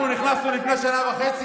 ניתן לכם שיא גינס.